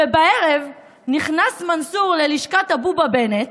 ובערב נכנס מנסור ללשכת הבובה-בנט